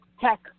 tech